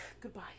goodbye